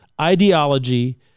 ideology